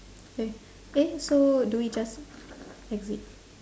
K eh so do we just exit